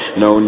no